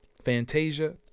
Fantasia